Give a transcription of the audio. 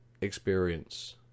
experience